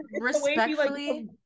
respectfully